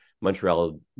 Montreal